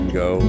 go